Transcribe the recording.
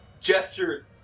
gestures